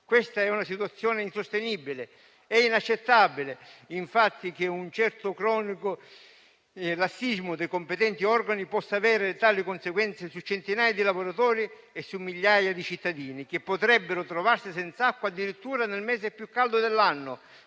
Questa è una situazione insostenibile. È inaccettabile, infatti, che un certo cronico lassismo dei competenti organi possa avere tali conseguenze su centinaia di lavoratori e su migliaia di cittadini, che potrebbero trovarsi senz'acqua addirittura nel mese più caldo dell'anno,